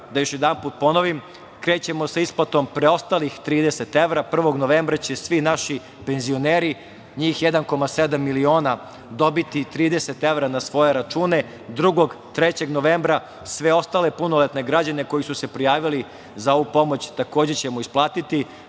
Da još jednom ponovim, 1. novembra krećemo sa isplatno preostalih 30 novembra, 1. novembra će svi naši penzioneri, njih 1,7 miliona dobiti 30 evra na svoje račune, 2. i 3. novembra sve ostale punoletne građane koji su se prijavili za ovu pomoć takođe ćemo isplatiti,